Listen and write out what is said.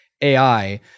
AI